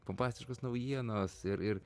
pompastiškos naujienos ir ir